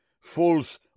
false